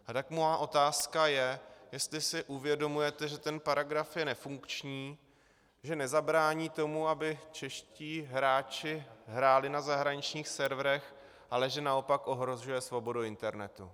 A tak má otázka je, jestli si uvědomujete, že ten paragraf je nefunkční, že nezabrání tomu, aby čeští hráči hráli na zahraničních serverech, ale že naopak ohrožuje svobodu internetu.